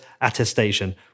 attestation